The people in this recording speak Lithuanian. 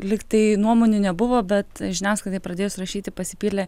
lyg tai nuomonių nebuvo bet žiniasklaidai pradėjus rašyti pasipylė